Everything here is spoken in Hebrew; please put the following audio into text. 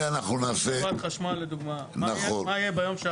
חברת חשמל לדוגמא, מה יהיה ביום שאחרי.